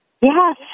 Yes